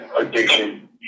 addiction